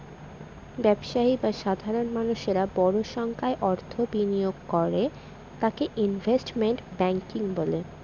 ব্যবসায়ী বা সাধারণ মানুষেরা বড় সংখ্যায় অর্থ বিনিয়োগ করে তাকে ইনভেস্টমেন্ট ব্যাঙ্কিং বলে